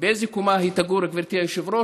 באיזו קומה היא תגור, גברתי היושבת-ראש?